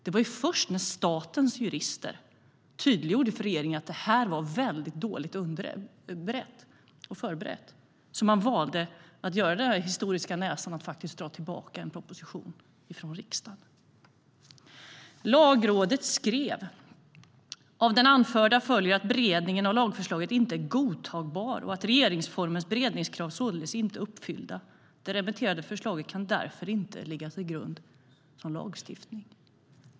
Det var först när statens jurister tydliggjorde för regeringen att detta var väldigt dåligt berett och förberett som man valde att göra den historiska nesan att dra tillbaka en proposition från riksdagen. Lagrådet skrev: Av det anförda följer att beredningen av lagförslaget inte är godtagbar och att regeringsformens beredningskrav således inte är uppfyllda. Det remitterade förslaget kan därför inte ligga till grund för lagstiftning.